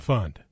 Fund